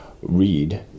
Read